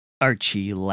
Archie